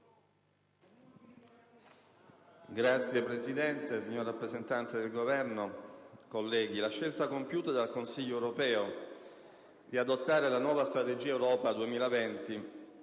Signora Presidente, signor rappresentante del Governo, colleghi, la scelta compiuta dal Consiglio europeo di adottare la nuova Strategia «Europa 2020»